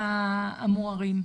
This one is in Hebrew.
האזורים המוארים.